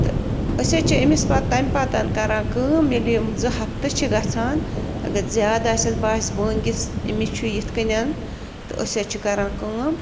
تہٕ أسۍ حط چھِ أمِس پَتہٕ تَمہِ پتہٕ کَران کٲم ییٚلہِ یِم زٕ ہفتہٕ چھِ گَژھان اگر زیادٕ آسیٚس باسہِ بٲنٛگِس أمِس چھُ یِتھ کٔنۍ تہٕ أسۍ حظ چھِ کَران کٲم